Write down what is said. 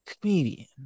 comedian